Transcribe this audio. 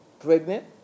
pregnant